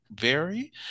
vary